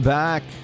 back